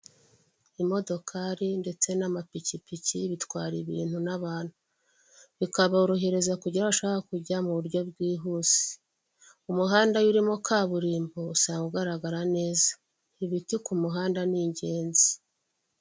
Imodokari ndetse n'amapikipiki bitwara ibintu n'abantu. Kikaborohereza kugera aho bashakaga kujya mu buryo bwihuse. Umuhanda iyo urimo kaburimbo usanga ugaragara neza. Ibiti ku muhanda ni ingenzi.